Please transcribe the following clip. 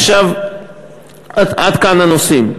עד כאן הנושאים.